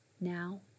now